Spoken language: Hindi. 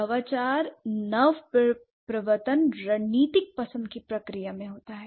नवप्रवर्तन रणनीतिक पसंद की प्रक्रिया में होता है